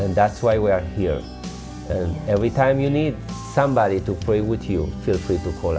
and that's why we are here and every time you need somebody to play with you feel free